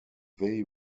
they